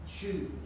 choose